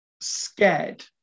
scared